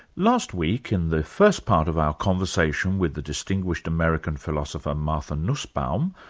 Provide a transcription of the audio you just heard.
last week, in the first part of our conversation with the distinguished american philosopher martha nussbaum,